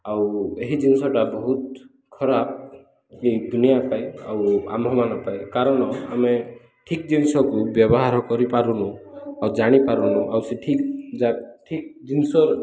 ଆଉ ଏହି ଜିନିଷଟା ବହୁତ ଖରାପ ଏ ଦୁନିଆ ପାଇ ଆଉ ଆମ୍ଭମାନ ପାଇ କାରଣ ଆମେ ଠିକ ଜିନିଷକୁ ବ୍ୟବହାର କରିପାରୁନୁ ଆଉ ଜାଣିପାରୁନୁ ଆଉ ସେ ଠିକ ଯା ଠିକ ଜିନିଷ